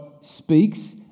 speaks